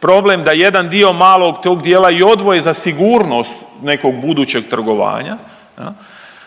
problem da jedan dio malog tog dijela i odvoje za sigurnost nekog budućeg trgovanja.